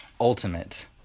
ultimate